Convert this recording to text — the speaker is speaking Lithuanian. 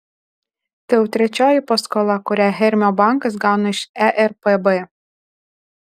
tai jau trečioji paskola kurią hermio bankas gauna iš erpb